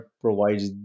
provides